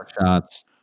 shots